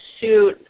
suit